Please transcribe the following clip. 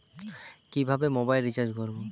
কিভাবে mobile recharge করব?